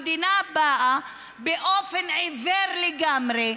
המדינה באה באופן עיוור לגמרי,